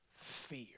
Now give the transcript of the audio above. fear